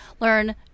learn